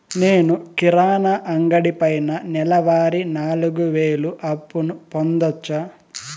నేను కిరాణా అంగడి పైన నెలవారి నాలుగు వేలు అప్పును పొందొచ్చా?